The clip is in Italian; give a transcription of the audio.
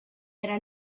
era